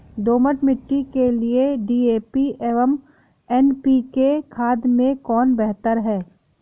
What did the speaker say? दोमट मिट्टी के लिए डी.ए.पी एवं एन.पी.के खाद में कौन बेहतर है?